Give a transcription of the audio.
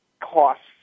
costs